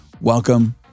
Welcome